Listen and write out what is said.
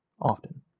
often